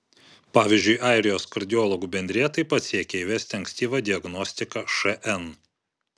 pavyzdžiui airijos kardiologų bendrija taip pat siekia įvesti ankstyvą diagnostiką šn